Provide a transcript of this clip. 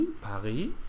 Paris